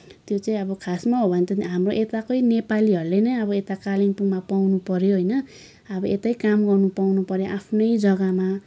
त्यो चाहिँ अब खासमा हो भने त हाम्रो यताकै नेपालीहरूले नै अब यता कालिम्पोङमा पाउनु पऱ्यो होइन अब यतै काम गर्न पाउनु पऱ्यो अब आफ्नै जग्गामा